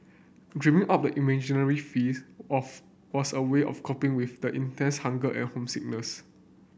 dreaming up the imaginary feasts of was a way of coping with the intense hunger and homesickness